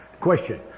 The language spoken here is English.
Question